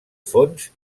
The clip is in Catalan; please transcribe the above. fons